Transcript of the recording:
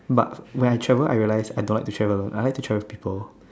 but ya when I travel I realize I don't like to travel I like to travel with people